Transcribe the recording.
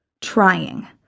Trying